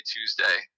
Tuesday